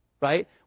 right